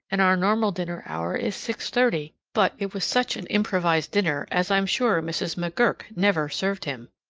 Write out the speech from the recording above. and our normal dinner hour is six thirty but it was such an improvised dinner as i am sure mrs. mcgurk never served him.